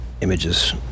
images